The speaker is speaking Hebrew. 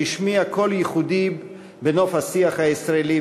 שהשמיע קול ייחודי בנוף השיח הישראלי,